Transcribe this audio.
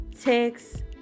text